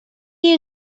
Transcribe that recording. you